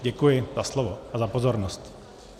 Děkuji za slovo a za pozornost.